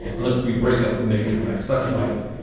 unless we break up the major banks. that's my view.